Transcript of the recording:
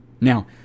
Now